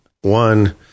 One